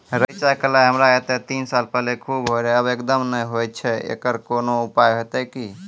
रेचा, कलाय हमरा येते तीस साल पहले खूब होय रहें, अब एकदम नैय होय छैय तऽ एकरऽ कोनो उपाय हेते कि?